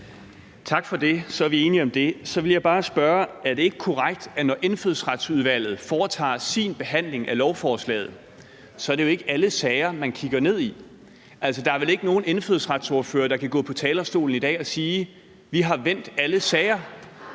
Tak for det. Så er vi enige om det. Så vil jeg bare spørge: Er det ikke korrekt, at når Indfødsretsudvalget foretager sin behandling af lovforslaget, er det jo ikke alle sager, man kigger ned i. Altså, der er vel ikke nogen indfødsretsordfører, der kan gå på talerstolen i dag og sige: Vi har vendt alle sager.